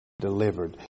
delivered